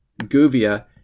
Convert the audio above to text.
Guvia